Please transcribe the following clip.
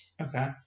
Okay